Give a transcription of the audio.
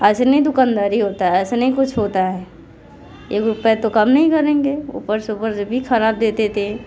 ऐसे नहीं दुकानदारी होता है ऐसे नहीं कुछ होता है एक रुपया है तो कम नहीं करेंगे ऊपर से ऊपर से ये भी खराब देते थे